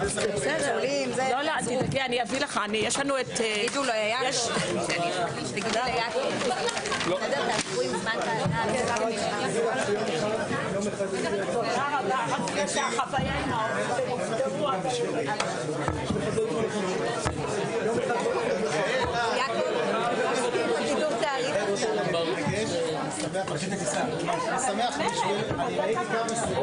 11:52.